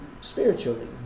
spiritually